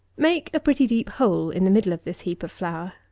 make a pretty deep hole in the middle of this heap of flour.